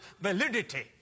validity